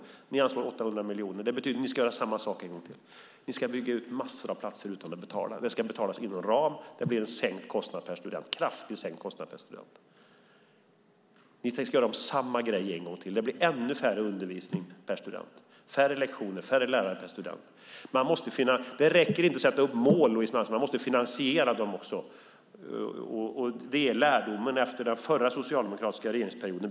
Ni anslår 800 miljoner. Det betyder att ni har tänkt göra samma sak en gång till. Ni har tänkt bygga ut massor av platser utan att betala. Det ska betalas inom ramen, vilket innebär en kraftigt sänkt kostnad per student. Det blir ännu mindre undervisning per student. Det blir färre lektioner och färre lärare per student, Det räcker inte att sätta upp mål, Louise Malmström, man måste finansiera dem också. Det är lärdomen efter den förra socialdemokratiska regeringsperioden.